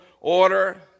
order